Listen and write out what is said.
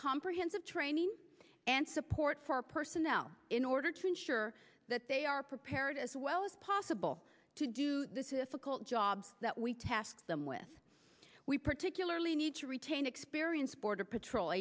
comprehensive training and support for our personnel in order to ensure that they are prepared as well as possible to do this if a call job that we task them with we particularly need to retain experienced border patrol